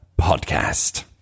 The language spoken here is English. Podcast